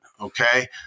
Okay